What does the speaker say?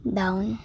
down